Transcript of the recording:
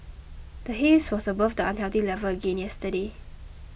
the haze was above the unhealthy level again yesterday